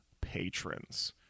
patrons